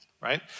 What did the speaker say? right